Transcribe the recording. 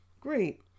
Great